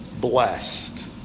blessed